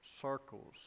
circles